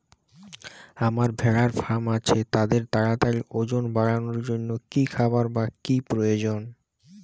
আমার ভেড়ার ফার্ম আছে তাদের তাড়াতাড়ি ওজন বাড়ানোর জন্য কী খাবার বা কী প্রয়োজন?